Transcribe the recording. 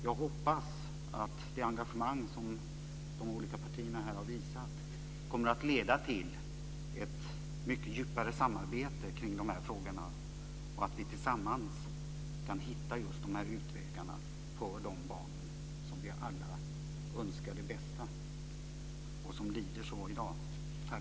Jag hoppas att det engagemang som de olika partierna här har visat kommer att leda till ett mycket djupare samarbete kring de här frågorna och att vi tillsammans kan hitta just de här utvägarna för de barn som vi alla önskar det bästa och som i dag lider så mycket.